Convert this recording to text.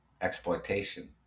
exploitation